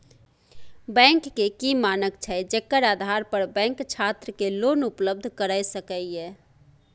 Bank के की मानक छै जेकर आधार पर बैंक छात्र के लोन उपलब्ध करय सके ये?